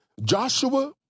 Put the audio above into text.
Joshua